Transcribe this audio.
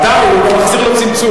בוודאי, הוא לא מחזיר לו צלצול.